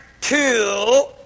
two